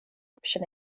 option